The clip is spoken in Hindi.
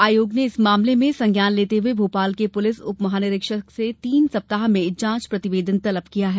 आयोग ने इस मामले में संज्ञान लेते हुए भोपाल के प्रलिस उप महानिरीक्षक से तीन सप्ताह में जांच प्रतिवेदन तलब किया है